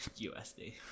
USD